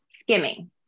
skimming